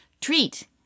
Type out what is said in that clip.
Treat